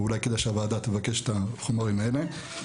ואולי כדאי שהוועדה תבקש את החומרים האלה.